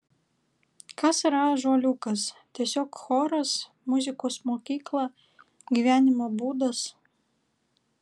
kas yra ąžuoliukas tiesiog choras muzikos mokykla gyvenimo būdas